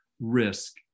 risk